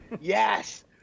yes